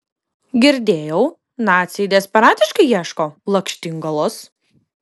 girdėjau naciai desperatiškai ieško lakštingalos